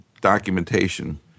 documentation